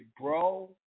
bro